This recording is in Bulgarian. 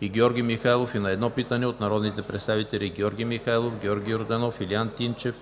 и Георги Михайлов и на едно питане от народните представители Георги Михайлов, Георги Йорданов, Илиян Тимчев,